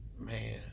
man